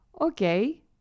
Okay